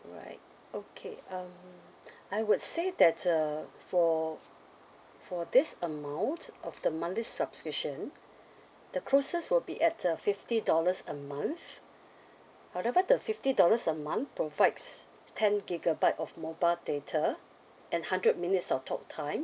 alright okay um I would say that uh for for this amount of the monthly subscription the closest will be at uh fifty dollars a month however the fifty dollars a month provides ten gigabyte of mobile data and hundred minutes of talk time